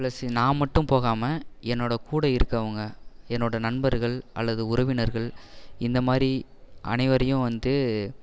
plus நான் மட்டும் போகாமல் என்னோடய கூட இருக்கவங்க என்னோடய நண்பர்கள் அல்லது உறவினர்கள் இந்த மாதிரி அனைவரையும் வந்து